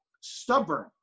stubborn